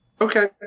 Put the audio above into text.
Okay